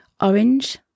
Orange